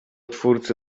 twórcy